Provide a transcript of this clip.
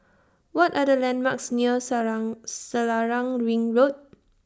What Are The landmarks near Selarang Ring Road